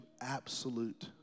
absolute